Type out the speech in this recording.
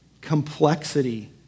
Complexity